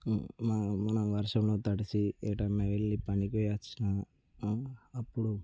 మా మన వర్షంలో తడిసి ఎటన్నా వెళ్ళి పనికి పోయొచ్చినా అప్పుడు